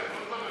המשותפת,